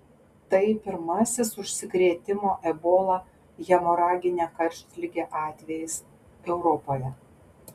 tai pirmasis užsikrėtimo ebola hemoragine karštlige atvejis europoje